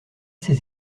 ses